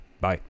Bye